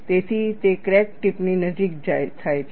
તેથી તે crack tip ની નજીક થાય છે